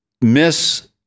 miss